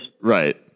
right